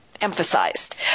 emphasized